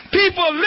people